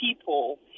people